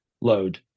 load